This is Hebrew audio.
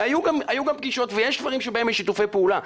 והיו גם פגישות, ויש דברים שבהם יש שיתופי פעולה.